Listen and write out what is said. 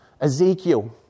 Ezekiel